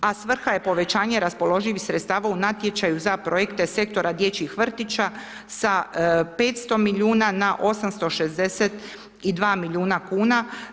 A svrha je povećanje raspoloživih sredstava u natječaju za projekte sektora dječjih vrtića sa 500 milijuna na 862 milijuna kn.